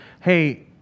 hey